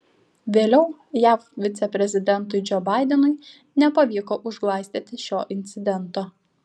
vėliau jav viceprezidentui džo baidenui nepavyko užglaistyti šio incidento